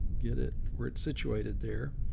get it where it's situated there.